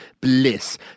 Bliss